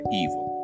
evil